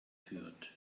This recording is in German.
führt